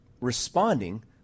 responding